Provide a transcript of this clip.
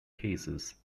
cases